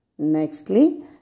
Nextly